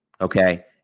Okay